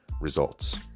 results